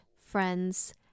friend's